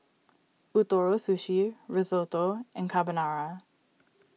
Ootoro Sushi Risotto and Carbonara